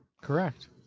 correct